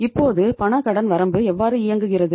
இப்போது பணக் கடன் வரம்பு எவ்வாறு இயங்குகிறது